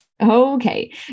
Okay